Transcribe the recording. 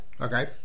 okay